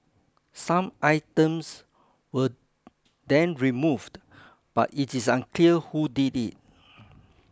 some items were then removed but it is unclear who did it